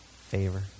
favor